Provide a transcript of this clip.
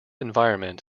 environment